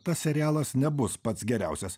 tas serialas nebus pats geriausias